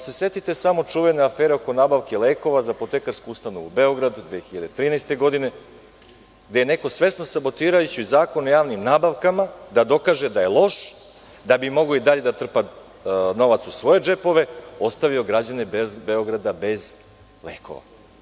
Setite se samo čuvene afere oko nabavke lekova za Apotekarsku ustanovu „Beograd“ 2013. godine, gde je neko svesno sabotirajući Zakon o javnim nabavkama, da dokaže da je loš, da bi mogao i dalje da trpa novac u svoje džepove, ostavio građane Beograda bez lekova.